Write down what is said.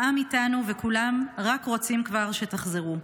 העם איתנו, וכולם רק רוצים שכבר תחזרו.